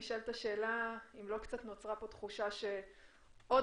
נשאלת השאלה האם לא נוצרה תחושה שעוד